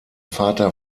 vater